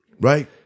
Right